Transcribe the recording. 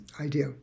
idea